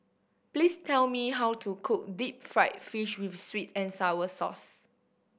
please tell me how to cook deep fried fish with sweet and sour sauce